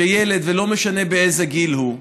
שילד, ולא משנה באיזה גיל הוא,